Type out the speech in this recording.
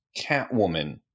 Catwoman